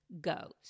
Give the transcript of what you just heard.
goes